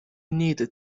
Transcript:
needed